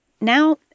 Now